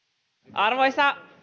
arvoisa